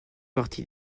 partie